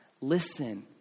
Listen